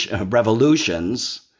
revolutions